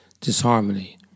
disharmony